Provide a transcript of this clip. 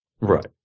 Right